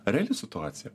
reali situacija